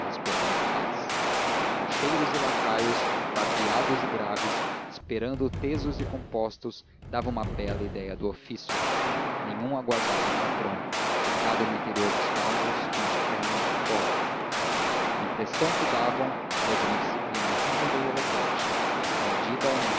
a paz cocheiros e lacaios barbeados e graves esperando tesos e compostos davam uma bela ideia do ofício nenhum aguardava o patrão deitado no interior dos carros com as pernas de fora a impressão que davam era de uma disciplina rígida e elegante aprendida em